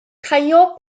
caio